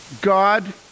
God